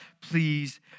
please